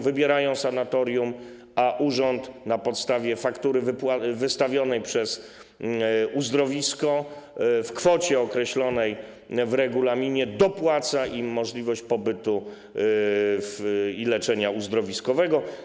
Wybierają sanatorium, a urząd, na postawie faktury wystawionej przez uzdrowisko, w kwocie określonej w regulaminie, dopłaca im do pobytu i leczenia uzdrowiskowego.